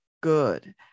good